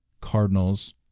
Cardinals